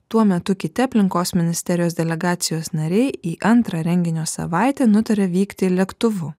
tuo metu kiti aplinkos ministerijos delegacijos nariai į antrą renginio savaitę nutarė vykti lėktuvu